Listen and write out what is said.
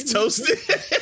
toasted